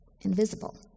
invisible